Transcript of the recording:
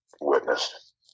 witnessed